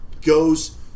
goes